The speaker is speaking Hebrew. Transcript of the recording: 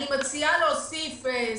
אני מציעה להוסיף שגית,